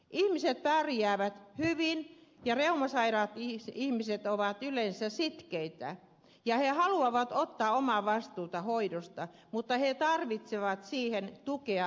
ihmiset pärjäävät hyvin ja reumasairaat ihmiset ovat yleensä sitkeitä ja he haluavat ottaa omaa vastuuta hoidosta mutta he tarvitsevat siihen tukea ammattiauttajilta